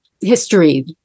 history